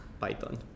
Python